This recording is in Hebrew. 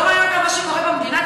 לא מעניין אותם מה שקורה במדינה?